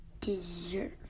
deserve